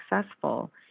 successful